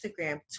Instagram